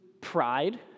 pride